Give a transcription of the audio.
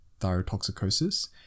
thyrotoxicosis